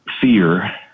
fear